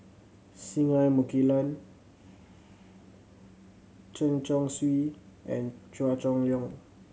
Singai Mukilan Chen Chong Swee and Chua Chong Long